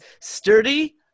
sturdy